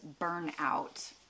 burnout